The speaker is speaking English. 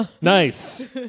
Nice